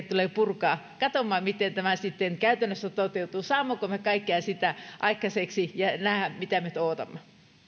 tulee purkaa katsomme miten tämä sitten käytännössä toteutuu saammeko me kaikkea sitä aikaiseksi mitä nyt odotamme